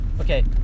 okay